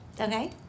okay